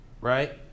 Right